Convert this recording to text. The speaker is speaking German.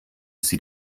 sie